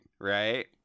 Right